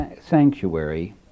sanctuary